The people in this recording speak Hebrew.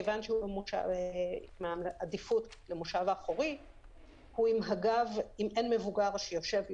כיוון שיש עדיפות למושב האחורי הוא עם הגב ואם אין מבוגר שיושב לידו,